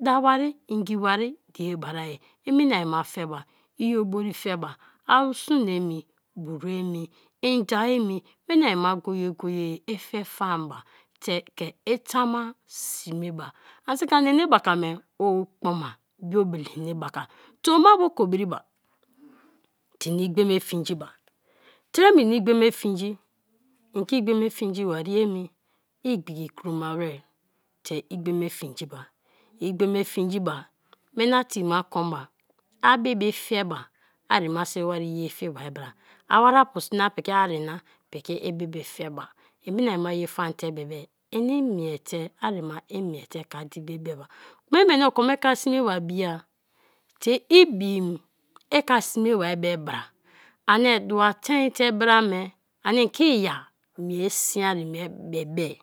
Da wari ngi wari die baria i mina-a ma fe ma, i obori fe ba, asumini, boru emi, nda emi, mina-a ma go-go-ye i fe fan ma te ke i ta ma sme ba ani saki ani nebaka me o kpoma biobele enebaka, tomma bo ko kobiri ba te ini igbe me fingi ba; tre me ini igbe fingi, en ke igbe fingi barie emi igbiki kroma ware te igbe me fingiba; igbe me fingiba, minate ma kon ma, a bibife ba arima so iwari ye fe bai bara, a wariapu na piki ari na piki ibi fe ba; mina-a na ye fante be be ini imiete, arima imiete ke a di be beba; kuma i meni oko me ke a sme ba bia te i bim ike sme bai be bra ani dua tein te bra me ani ke iya mie siari me bebe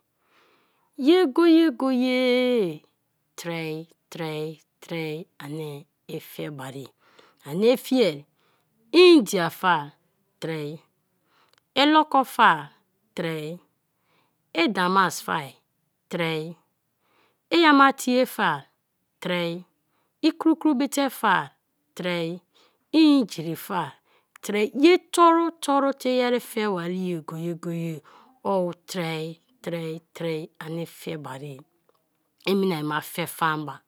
ye go-ye-go-ye-e tre tre tre ani ife mare ani fie i india fa tre, i loko fa tre, i krukru bite fa tre, i injiri fa tre, ye toru te iyeri fe bari ye go-go-e ow tre tre tre ani fe bare ye. I mina-a ma fe fan ba.